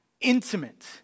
intimate